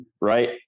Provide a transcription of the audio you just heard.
Right